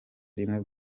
rimwe